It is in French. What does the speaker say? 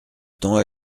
temps